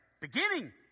beginning